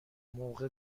موقع